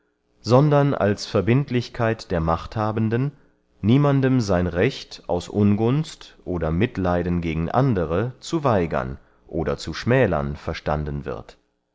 sondern als verbindlichkeit der machthabenden niemanden sein recht aus ungunst oder mitleiden gegen andere zu weigern oder zu schmälern verstanden wird